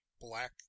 black